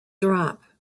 drop